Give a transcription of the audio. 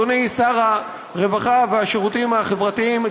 אדוני שר הרווחה והשירותים החברתיים,